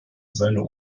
seiner